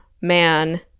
man